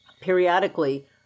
periodically